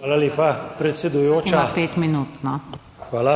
SAJOVIC (PS Svoboda): Hvala.